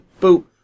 boop